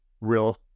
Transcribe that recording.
real